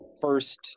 first